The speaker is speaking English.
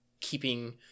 keeping